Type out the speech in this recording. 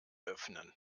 öffnen